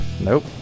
Nope